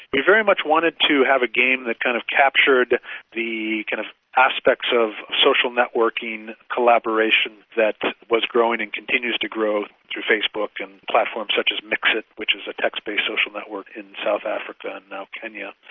we very much wanted to have a game that kind of captured the kind of aspects of social networking, collaboration, that was growing and continues to grow through facebook and platforms such a mxit, which is a text-based social network in south africa and now kenya.